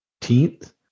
18th